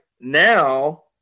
now